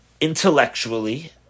intellectually